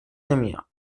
نمیاد